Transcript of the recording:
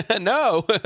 No